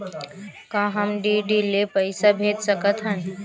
का हम डी.डी ले पईसा भेज सकत हन?